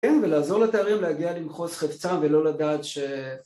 כן, ולעזור לתארים להגיע למחוז חפצם ולא לדעת ש...